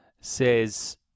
Says